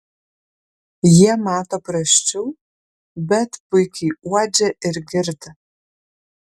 jie mato prasčiau bet puikiai uodžia ir girdi